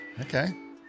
Okay